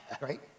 right